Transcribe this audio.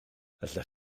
allech